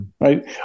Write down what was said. Right